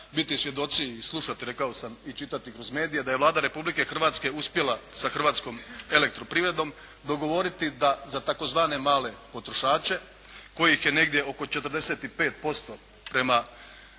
biti svjedoci, slušati rekao sam i čitati kroz medije da je Vlada Republike Hrvatske uspjela sa Hrvatskom elektroprivredom dogovoriti da za tzv. male potrošače kojih je negdje oko 45% prema